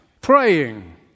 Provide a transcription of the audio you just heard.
praying